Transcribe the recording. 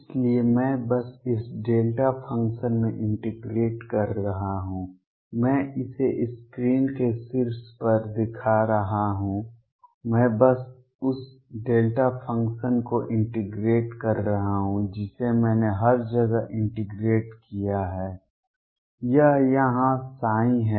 इसलिए मैं बस इस डेल्टा फ़ंक्शन में इंटीग्रेट कर रहा हूं मैं इसे स्क्रीन के शीर्ष पर दिखा रहा हूं मैं बस उस डेल्टा फ़ंक्शन को इंटीग्रेट कर रहा हूं जिसे मैंने हर जगह इंटीग्रेट किया है यह यहाँ ψ है